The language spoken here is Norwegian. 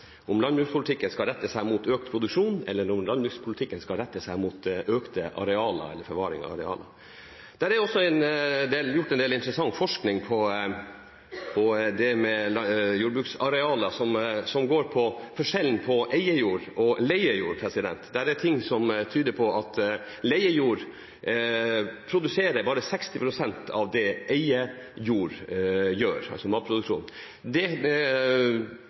om landbrukspolitikken skal rette seg mot økt produksjon, eller om landbrukspolitikken skal rette seg mot økte arealer og forvaring av arealer. Det er også gjort en del interessant forskning på det med jordbruksarealer når det gjelder forskjellen på å eie jord og å leie jord. Det er ting som tyder på at leiejord produserer bare 60 pst. av det eid jord gjør, altså med hensyn til matproduksjon. Det